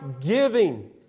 giving